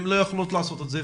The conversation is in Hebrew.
הן לא יכולות לעשות את זה,